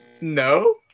No